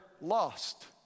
lost